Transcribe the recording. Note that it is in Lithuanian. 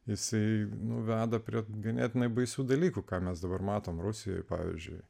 jisai nu veda prie ganėtinai baisių dalykų ką mes dabar matome rusijoje pavyzdžiui